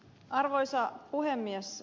arvoisa puhemies